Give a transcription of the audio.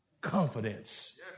confidence